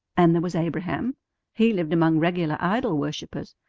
and there was abraham he lived among regular idol-worshippers,